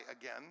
again